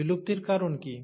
বিলুপ্তির কারণ কী